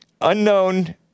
Unknown